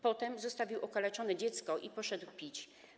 Potem zostawił okaleczone dziecko i poszedł pić.